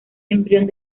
embrión